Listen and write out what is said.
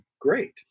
great